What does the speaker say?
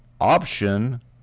option